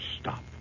Stop